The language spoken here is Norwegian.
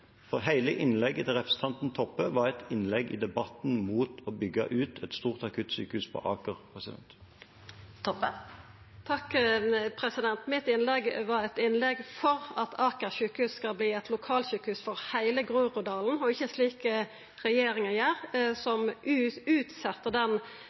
For hele innlegget til representanten Toppe var et innlegg i debatten mot å bygge ut et stort akuttsykehus på Aker. Det blir oppfølgingsspørsmål – først Kjersti Toppe. Innlegget mitt var eit innlegg for at Aker sykehus skal verta eit lokalsjukehus for heile Groruddalen, og ikkje slik regjeringa gjer, som utset den